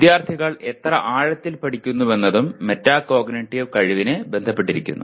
വിദ്യാർത്ഥികൾ എത്ര ആഴത്തിൽ പഠിക്കുന്നുവെന്നതും മെറ്റാകോഗ്നിറ്റീവ് കഴിവിനെ ബന്ധപ്പെട്ടിരിക്കുന്നു